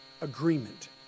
agreement